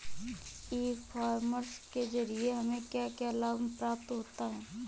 ई commerce के ज़रिए हमें क्या क्या लाभ प्राप्त होता है?